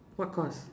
what course